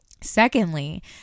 Secondly